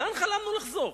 לאן חלמנו לחזור,